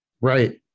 Right